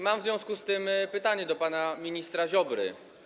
Mam w związku z tym pytanie do pana ministra Ziobry.